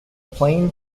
plain